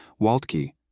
Waltke